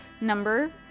number